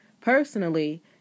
Personally